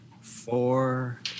four